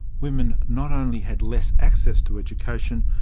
women not only had less access to education,